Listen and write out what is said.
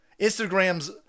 Instagram's